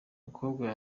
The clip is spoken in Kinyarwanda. mukobwa